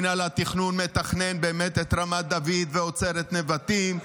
מינהל התכנון מתכנן באמת את רמת דוד ועוצר את נבטים.